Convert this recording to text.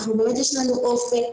באמת יש לה אופק.